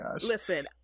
Listen